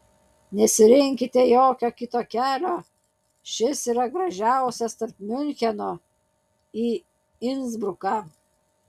nesirinkite jokio kito kelio šis yra gražiausias tarp miuncheno į insbruką